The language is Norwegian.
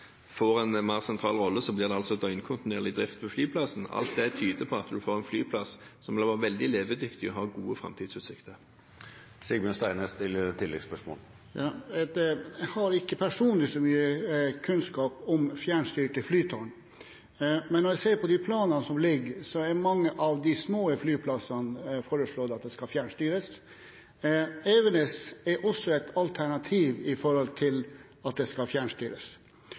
en mer sentral rolle, så blir det døgnkontinuerlig drift på flyplassen. Alt dette tyder på at en får en flyplass som vil være veldig levedyktig og ha gode framtidsutsikter. Jeg har ikke personlig så mye kunnskap om fjernstyrte flytårn, men når jeg ser på de planene som ligger, så er det foreslått at mange av de små flyplassene skal fjernstyres. Evenes er også et alternativ når det gjelder å fjernstyres. Mitt spørsmål blir egentlig: Hvordan vil Avinor sikre at Forsvarets aktiviteter blir godt nok ivaretatt på Evenes dersom det skal